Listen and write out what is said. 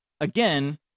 again